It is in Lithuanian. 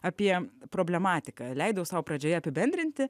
apie problematiką leidau sau pradžioje apibendrinti